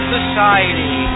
Society